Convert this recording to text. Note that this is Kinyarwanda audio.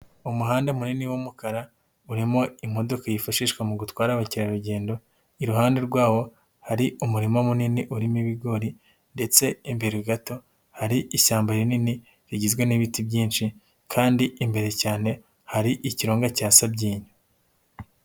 Umuhanda munini w'umukara urimo imodoka yifashishwa mu gutwara abakerarugendo. Iruhande rwawo hari umurima munini urimo ibigori ndetse imbere gato hari ishyamba rinini rigizwe n'ibiti byinshi kandi imbere cyane hari ikirunga cya Sabyinyo.